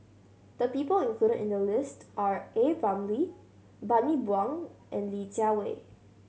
the people included in the list are A Ramli Bani Buang and Li Jiawei